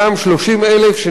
30,000 הנותרים,